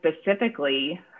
specifically